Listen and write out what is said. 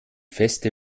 feste